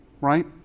Right